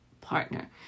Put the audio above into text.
partner